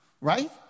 Right